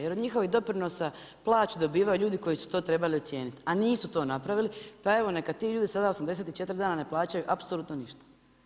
Jer od njihovih doprinosa plaću dobivaju ljudi koji su to trebali ocijeniti, a nisu to napravili, pa evo, neka ti ljudi sada 84 dana ne plaćaju apsolutno ništa.